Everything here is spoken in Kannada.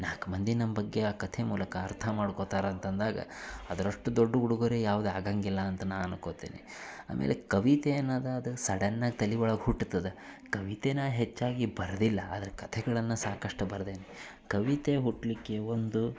ನಾಲ್ಕು ಮಂದಿ ನಮ್ಮ ಬಗ್ಗೆ ಆ ಕಥೆ ಮೂಲಕ ಅರ್ಥ ಮಾಡ್ಕೊತಾರೆ ಅಂತ ಅಂದಾಗ ಅದರಷ್ಟು ದೊಡ್ಡ ಉಡುಗೊರೆ ಯಾವ್ದೂ ಆಗಂಗಿಲ್ಲ ಅಂತ ನಾ ಅಂದ್ಕೋತೀನಿ ಆಮೇಲೆ ಕವಿತೆ ಅನ್ನೊದಾದ ಸಡನ್ನಾಗಿ ತಲೆ ಒಳಗೆ ಹುಟ್ತದೆ ಕವಿತೆ ನಾ ಹೆಚ್ಚಾಗಿ ಬರೆದಿಲ್ಲ ಆದರೆ ಕಥೆಗಳನ್ನು ಸಾಕಷ್ಟು ಬರ್ದೇನೆ ಕವಿತೆ ಹುಟ್ಟಲಿಕ್ಕೆ ಒಂದು